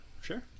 sure